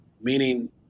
meaning